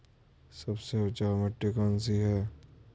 सबसे उपजाऊ मिट्टी कौन सी है?